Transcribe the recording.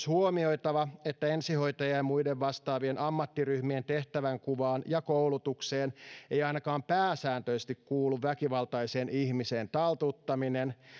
huomioitava myös että ensihoitajien ja muiden vastaavien ammattiryhmien tehtävänkuvaan ja koulutukseen ei ainakaan pääsääntöisesti kuulu väkivaltaisen ihmisen taltuttaminen